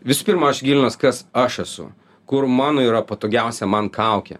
visų pirma aš gilinuos kas aš esu kur mano yra patogiausia man kaukė